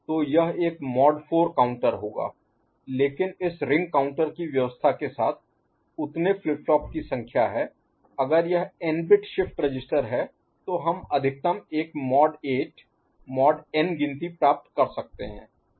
तो यह एक मॉड 4 काउंटर होगा लेकिन इस रिंग काउंटर की व्यवस्था के साथ उतने फ्लिप फ्लॉप की संख्या है अगर यह एन बिट शिफ्ट रजिस्टर है तो हम अधिकतम एक मॉड 8 मॉड एन गिनती प्राप्त कर सकते हैं